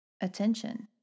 Attention